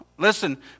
Listen